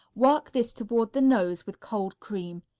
work this toward the nose with cold cream.